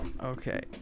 Okay